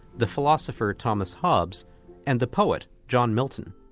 the philosopher thomas hobbes and the poet john milton.